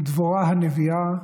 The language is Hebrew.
ודבורה הנביאה,